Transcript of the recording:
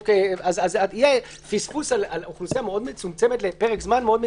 אז יהיה פספוס על אוכלוסייה מאוד מצומצמת לפרק זמן מאוד מצומצם.